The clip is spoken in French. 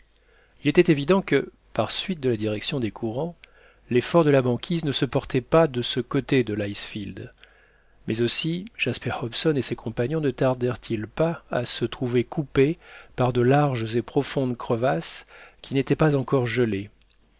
il était évident que par suite de la direction des courants l'effort de la banquise ne se portait pas de ce côté de l'icefield mais aussi jasper hobson et ses compagnons ne tardèrent ils pas à se trouver coupés par de larges et profondes crevasses qui n'étaient pas encore gelées